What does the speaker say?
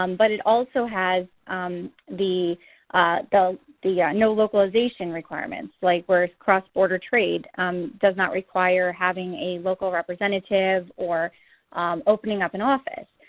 um but it also has the the the ah no-localization requirement like where cross order trade does not require having a local representative or opening up an office.